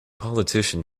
politician